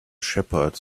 shepherd